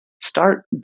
start